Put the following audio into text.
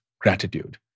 gratitude